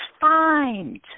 find